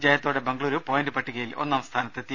ജയത്തോടെ ബംഗുളൂരു പോയിന്റ് പട്ടികയിൽ ഒന്നാം സ്ഥാനത്തെ ത്തി